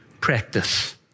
practice